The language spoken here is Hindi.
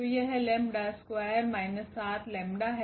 तो यह लैम्डा स्क्वायर माइनस 7 लैम्डा है